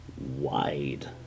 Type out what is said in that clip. wide